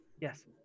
Yes